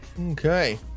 Okay